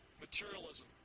materialism